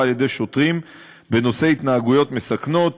על-ידי שוטרים בנושא התנהגויות מסכנות,